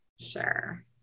sure